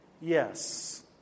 Yes